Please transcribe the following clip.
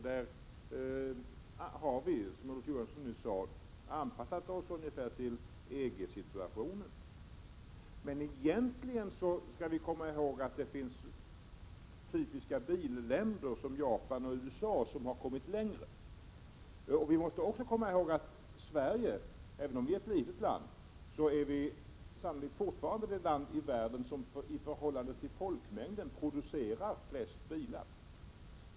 Där har vi, som Olof Johansson nyss sade, anpassat oss ungefär till EG-situationen, men egentligen skall vi komma ihåg att det finns typiska billänder, som Japan och USA, som har kommit längre. Vi måste också komma ihåg att Sverige, även om det är ett litet land, sannolikt fortfarande är det land i världen som i förhållande till folkmängden producerar flest bilar.